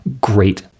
great